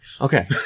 Okay